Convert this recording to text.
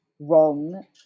wrong